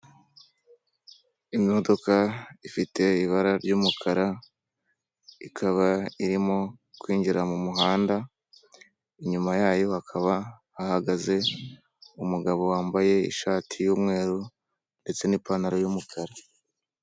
Imodoka ifite ibara ry'umukara, ikaba irimo kwinjira mu muhanda, inyuma yayo hakaba hahagaze umugabo wambaye ishati y'umweru ndetse n'ipantaro y'umukara.